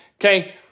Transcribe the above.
Okay